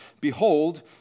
Behold